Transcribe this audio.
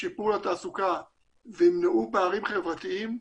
שיפור התעסוקה וימנעו פערים חברתיים,